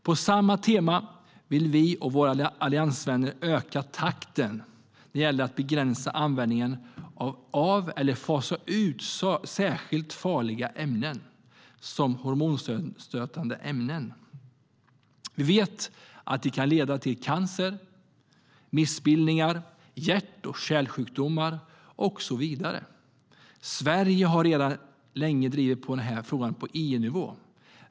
På samma tema vill vi och våra alliansvänner öka takten när det gäller att begränsa användningen av eller fasa ut särskilt farliga ämnen, som hormonstörande ämnen. Vi vet att de kan leda till cancer, missbildningar, hjärt och kärlsjukdomar och så vidare. Sverige har sedan länge drivit på i den här frågan på EU-nivå.